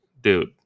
dude